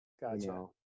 gotcha